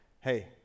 Hey